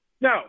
No